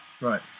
Right